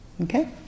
Okay